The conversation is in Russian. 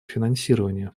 финансирование